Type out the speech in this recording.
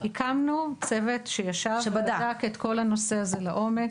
הקמנו צוות שישב ובדק את כל הנושא הזה לעומק.